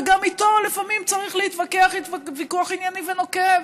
וגם איתו לפעמים צריך להתווכח ויכוח ענייני ונוקב.